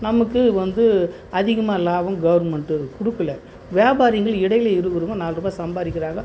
நமக்கு வந்து அதிகமாக லாபம் கவர்மெண்ட்டு கொடுக்கல வியாபாரிகள் இடையில் இருக்கிறவங்க நாலு ரூபாய் சம்பாதிக்கிறாங்க